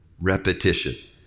Repetition